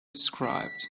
described